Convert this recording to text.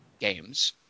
games